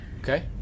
Okay